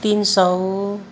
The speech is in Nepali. तिन सय